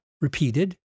repeated